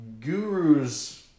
Gurus